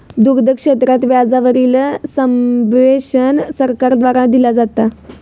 दुग्ध क्षेत्रात व्याजा वरील सब्वेंशन सरकार द्वारा दिला जाता